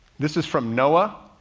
this is from noah.